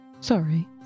Sorry